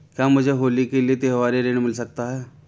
क्या मुझे होली के लिए त्यौहारी ऋण मिल सकता है?